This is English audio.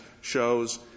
shows